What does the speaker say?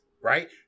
right